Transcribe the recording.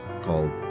called